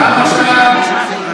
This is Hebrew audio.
גם עכשיו, תסביר,